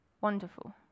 wonderful